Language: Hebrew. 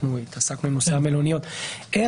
אנחנו עסקנו בנושא המלוניות - אבל אני